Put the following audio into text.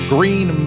Green